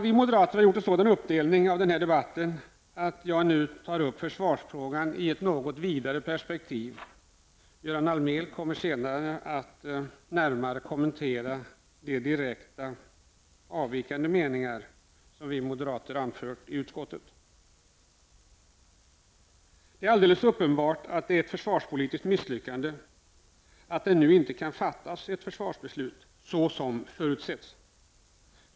Vi moderater har gjort en sådan uppdelning av den här debatten att jag nu tar upp försvarsfrågan i ett vidare perspektiv och Göran Allmér kommer senare att närmare kommentera de direkt avvikande meningar som vi moderater har anfört i utskottet. Det är alldeles uppenbart att det innebär ett försvarspolitiskt misslyckande att det nu inte kan fattas ett försvarsbeslut såsom förutsatts.